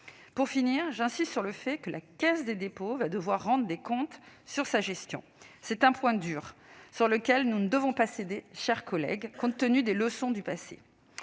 Pour finir, j'y insiste, la Caisse des dépôts et consignations devra rendre des comptes sur sa gestion. C'est un point dur sur lequel nous ne devons pas céder, chers collègues, compte tenu des leçons du passé.